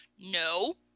No